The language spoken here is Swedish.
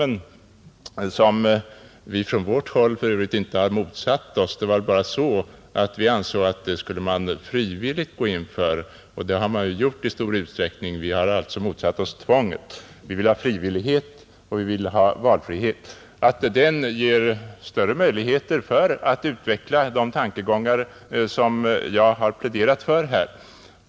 Vi har inte från vårt håll motsatt oss kommunindelningsreformen, men vi ansåg att man frivilligt skulle gå in för ny kommunindelning — vilket skett i stor utsträckning. Vi har alltså motsatt oss tvånget, vi ville ha frivillighet och valfrihet. Men det är klart att kommunindelningsreformen ger större möjligheter när det gäller att utveckla de tankegångar jag har fört fram.